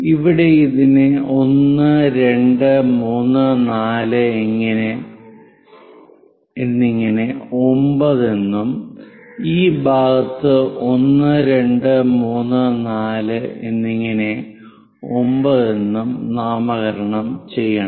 ഇവിടെ ഇതിനെ 1 2 3 4 എന്നിങ്ങനെ 9 എന്നും ഈ ഭാഗത്ത് 1 2 3 4 എന്നിങ്ങനെ 9 എന്നും നാമകരണം ചെയ്യണം